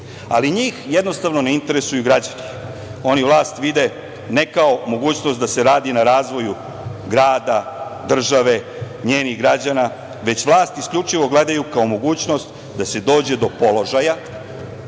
Ali, njih jednostavno ne interesuju građani. Oni vlast vide ne kao mogućnost da se radi na razvoju grada, države, njenih građana, već vlast isključivo gledaju kao mogućnost da se dođe do položaja